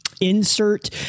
insert